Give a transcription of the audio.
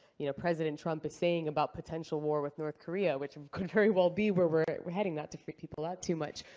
you know, president trump is saying about potential war with north korea, which could very well be where we're we're heading, not to freak people out too much.